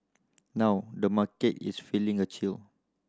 now the market is feeling a chill